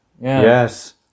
Yes